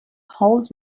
holes